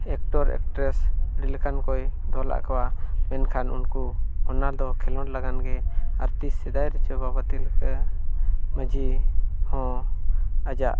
actor actress ᱟᱹᱰᱤ ᱞᱮᱠᱟᱱ ᱠᱚᱭ ᱫᱚᱦᱚ ᱞᱮᱫ ᱠᱚᱣᱟ ᱢᱮᱱᱠᱷᱟᱱ ᱩᱱᱠᱩ ᱚᱱᱟᱫᱚ ᱠᱷᱮᱞᱳᱰ ᱞᱟᱹᱜᱤᱫ ᱜᱮ ᱟᱨ ᱛᱤᱸᱥ ᱥᱮᱫᱟᱭ ᱨᱮᱪᱚ ᱵᱟᱵᱟ ᱛᱤᱞᱠᱟᱹ ᱢᱟᱹᱡᱷᱤ ᱦᱚᱸ ᱟᱡᱟᱜ